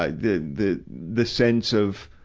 ah the, the, the sense of,